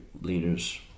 leaders